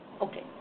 Okay